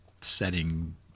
setting